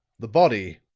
the body,